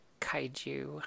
Kaiju